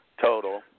total